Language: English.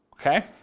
Okay